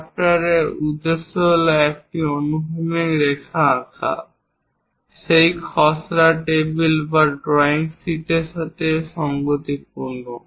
ড্রাফটারের উদ্দেশ্য হল একটি অনুভূমিক রেখা আঁকা সেই খসড়া টেবিল বা ড্রয়িং শিটের সাথে সঙ্গতিপূর্ণ